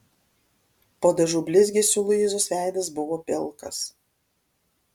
po dažų blizgesiu luizos veidas buvo pilkas